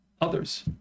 others